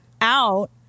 out